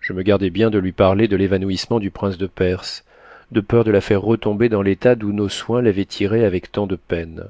je me gardai bien de lui parler de l'évanouissement du prince de perse de peur de la faire retomber dans l'état d'où nos soins l'avaient tirée avec tant de peine